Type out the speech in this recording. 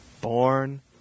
born